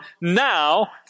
now